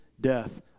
death